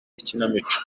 ikinamico